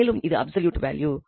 மேலும் இது absolute value